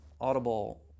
audible